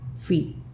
free